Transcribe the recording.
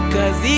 Cause